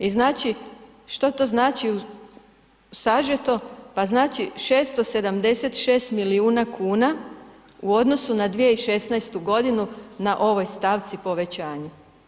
I znači, što to znači sažeto, pa znači 676 milijuna kuna u odnosu na 2016. g. na ovoj stavci povećanje.